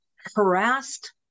harassed